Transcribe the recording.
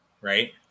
right